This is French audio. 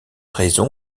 raison